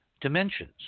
dimensions